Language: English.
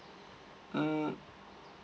mm